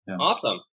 Awesome